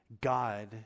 god